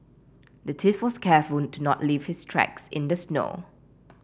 the thief was careful to not leave his tracks in the snow